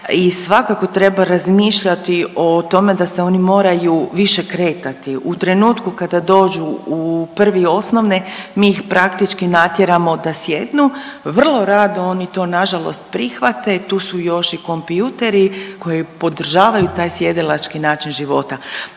i svakako treba razmišljati o tome da se oni moraju više kretati. U trenutku kada dođu u prvi osnovne mi ih praktički natjeramo da sjednu. Vrlo rado oni to nažalost prihvate, tu su još i kompjuteri koji podržavaju taj sjedilački način života.